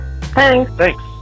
Thanks